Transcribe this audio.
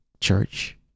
church